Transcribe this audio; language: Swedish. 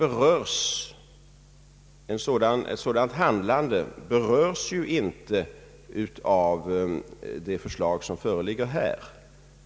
Ett sådant handlande berörs ju inte av det förslag som föreligger här.